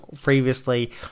previously